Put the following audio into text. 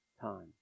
time